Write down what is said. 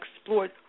explored